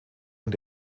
und